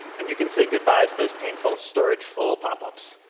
and you can say goodbye to those painful storage full pop-ups